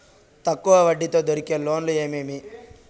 తక్కువ వడ్డీ తో దొరికే లోన్లు ఏమేమీ?